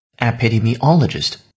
epidemiologist